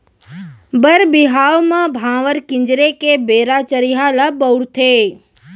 बर बिहाव म भांवर किंजरे के बेरा चरिहा ल बउरथे